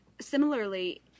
Similarly